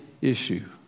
issue